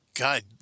God